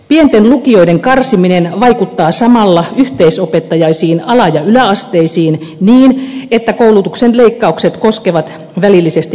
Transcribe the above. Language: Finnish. pienten lukioiden karsiminen vaikuttaa samalla yhteisopettajaisiin ala ja yläasteisiin niin että koulutuksen leikkaukset koskevat välillisesti myös peruskoulua